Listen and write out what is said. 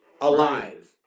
Alive